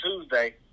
Tuesday